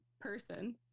person